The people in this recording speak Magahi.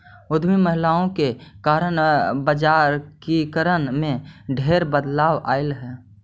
उद्यमी महिलाओं के कारण बजारिकरण में ढेर बदलाव अयलई हे